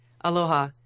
Aloha